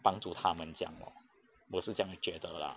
帮助他们讲 lor 我是这样觉得 lah